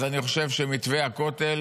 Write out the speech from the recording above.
אז אני חושב שזה מתווה הכותל.